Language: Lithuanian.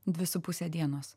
dvi su puse dienos